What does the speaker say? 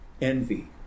envy